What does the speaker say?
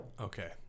Okay